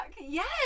Yes